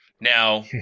Now